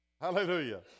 Hallelujah